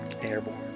airborne